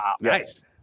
yes